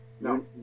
No